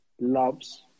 loves